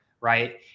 right